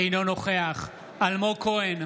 אינו נוכח אלמוג כהן,